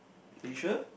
are you sure